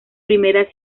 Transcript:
primera